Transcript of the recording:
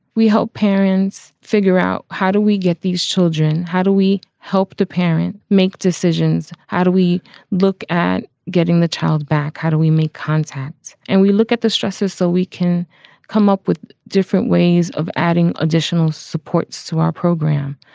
we help parents figure out how do we get these children? how do we help the parent make decisions? how do we look at getting the child back? how do we make contact? and we look at the stresses so we can come up with different ways of adding additional supports to our program.